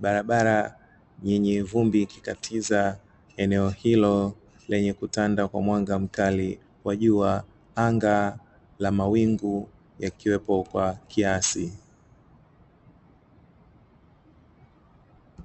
barabara yenye vumbi ikikatiza eneo hilo, lenye kutanda kwa mwanga mkali wa jua anga la mawingu yakiwepo kwa kiasi.